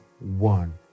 one